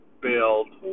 build